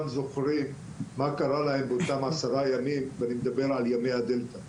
זוכרים מה קרה להם באותם 10 ימים ואני מדבר על ימי הדלתא.